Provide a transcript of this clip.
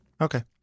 okay